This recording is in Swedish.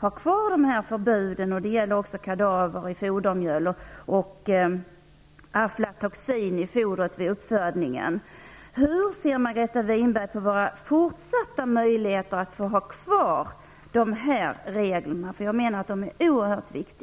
ha kvar dessa förbud - det gäller också kadaver i fodermjöl och aflatoxin i fodret vid uppfödningen. Hur ser Margareta Winberg på våra fortsatta möjligheter att ha kvar de reglerna? Jag menar att de är oerhört viktiga.